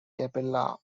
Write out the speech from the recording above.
cappella